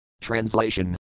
Translation